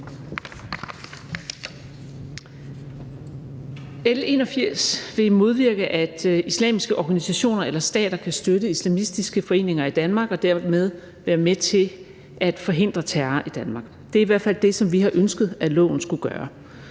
L 81 vil modvirke, at islamiske organisationer eller stater kan støtte islamistiske foreninger i Danmark, og dermed være med til at forhindre terror i Danmark. Det er i hvert fald det, som vi har ønsket at loven skulle gøre.